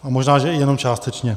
A možná že i jenom částečně.